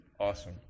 awesome